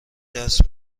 دست